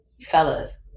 Fellas